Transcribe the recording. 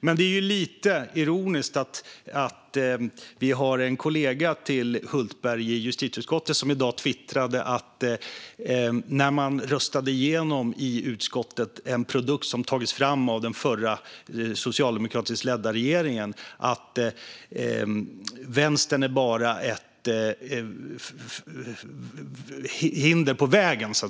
Men det är lite ironiskt att en kollega till Hultberg i justitieutskottet i dag twittrade att när utskottet röstade igenom en produkt som tagits fram av den förra, socialdemokratiska regeringen var vänstern bara ett hinder på vägen.